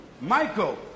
Michael